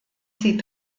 sie